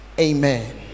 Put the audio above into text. amen